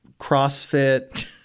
CrossFit